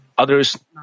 others